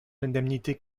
l’indemnité